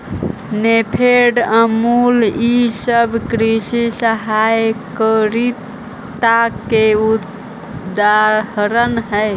नेफेड, अमूल ई सब कृषि सहकारिता के उदाहरण हई